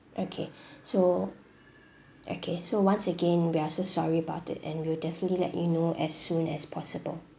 okay so okay so once again we're so sorry about it and we'll definitely let you know as soon as possible